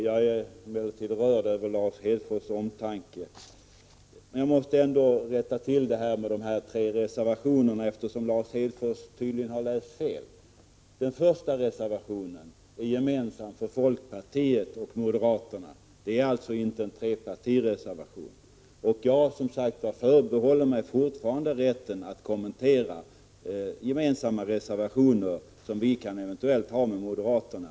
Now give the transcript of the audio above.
Jag är emellertid rörd över Lars Hedfors omtanke. Jag måste, eftersom Lars Hedfors tydligen har läst fel, rätta hans uttalande om de tre reservationerna. Den första reservationen är gemensam för folkpartiet och moderaterna. Det är alltså inte en trepartireservation. Jag förbehåller mig fortfarande rätten att kommentera reservationer som vi har gemensamt med moderaterna.